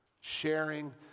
sharing